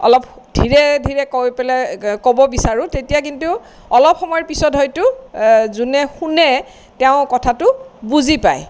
অলপ ধীৰে ধীৰে কৈ পেলায় ক'ব বিচাৰো তেতিয়া কিন্তু অলপ সময়ৰ পিছত হয়টো যোনে শুনে তেওঁ কথাটো বুজি পায়